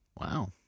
Wow